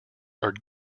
are